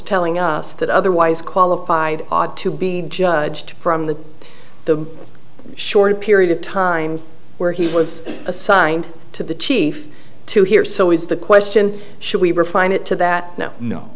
telling us that otherwise qualified ought to be judged from the the short period of time where he was assigned to the chief to here so is the question should we refine it to that no no